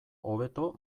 hobeto